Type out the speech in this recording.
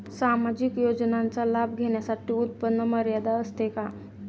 सामाजिक योजनांचा लाभ घेण्यासाठी उत्पन्न मर्यादा असते का?